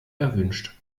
erwünscht